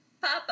Papa